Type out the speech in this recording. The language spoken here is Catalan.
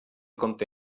conté